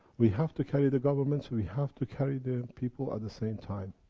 we have to carry the governments, we have to carry the people at the same time.